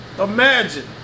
Imagine